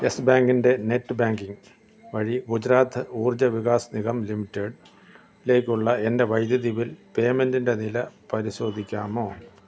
yes ബാങ്കിൻ്റെ net banking വഴി ഗുജറാത്ത് ഊർജ വികാസ് നിഗം ലിമിറ്റഡിലേക്കുള്ള എൻ്റെ വൈദ്യുതി ബിൽ പേയ്മെൻ്റിൻ്റെ നില പരിശോധിക്കാമോ